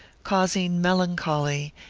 causing melancholy,